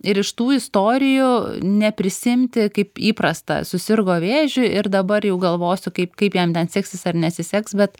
ir iš tų istorijų neprisiimti kaip įprasta susirgo vėžiu ir dabar jau galvosiu kaip kaip jam ten seksis ar nesiseks bet